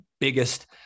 biggest